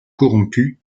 corrompu